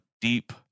deep